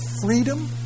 freedom